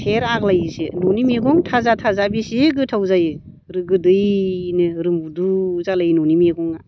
थेर आग्लायोसो न'नि मैगं थाजा थाजा बेसे गोथाव जायो गोदैनो रुबुबु जालायो न'नि मैगङा